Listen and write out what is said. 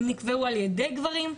הם נקבעו על ידי גברים,